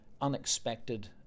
unexpected